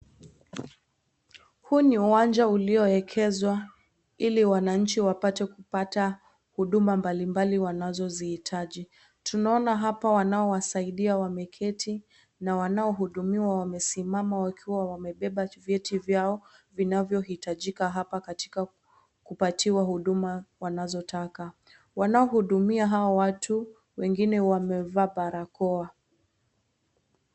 Huu ni uwanja ulioekezwa ili wananchi wapate kupata huduma mbalimbali wanazozihitaji , tunaona hapa wanaowasaidia wameketi na wanahudumiwa wamesimama wakiwa wamebeba vyeti vyao vinavyohitajika hapa katika kupatiwa huduma wanazotaka . Wanaohudumia hawa watu wengine wamevaa barakoa.